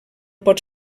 pot